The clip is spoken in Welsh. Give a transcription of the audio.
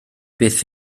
beth